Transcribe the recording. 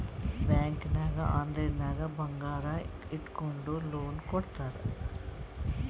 bank ನಾಗ್ online ನಾಗೆ ಬಂಗಾರ್ ಇಟ್ಗೊಂಡು ಲೋನ್ ಕೊಡ್ತಾರ್